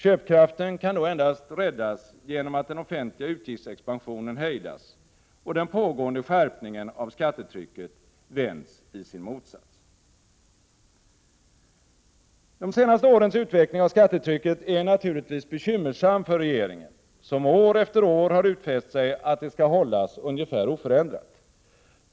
Köpkraften kan då räddas endast genom att den offentliga utgiftsexpansionen hejdas och den pågående skärpningen av skattetrycket vänds i sin motsats. De senaste årens utveckling av skattetrycket är naturligtvis bekymmersam för regeringen, som år efter år har utfäst sig att det skall hållas ungefär oförändrat.